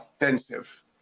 offensive